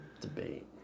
debate